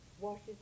washes